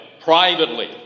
privately